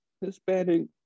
Hispanic